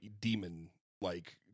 demon-like